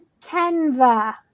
Canva